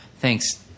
Thanks